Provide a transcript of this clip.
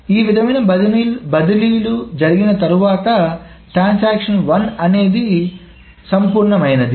ఈ విధమైన బదిలీలు జరిగిన తర్వాత ట్రాన్సాక్షన్ 1 అనేది సంపూర్ణమైంది